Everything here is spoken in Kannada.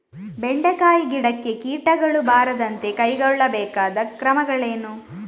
ಬೆಂಡೆಕಾಯಿ ಗಿಡಕ್ಕೆ ಕೀಟಗಳು ಬಾರದಂತೆ ಕೈಗೊಳ್ಳಬೇಕಾದ ಕ್ರಮಗಳೇನು?